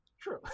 True